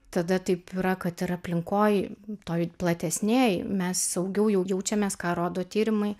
tada taip yra kad ir aplinkoj toj platesnėj mes saugiau jau jaučiamės ką rodo tyrimai